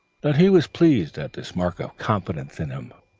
that he was pleased at this mark of confidence in him.